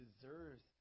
deserves